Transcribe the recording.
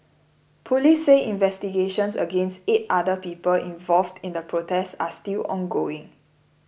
police say investigations against eight other people involved in the protest are still ongoing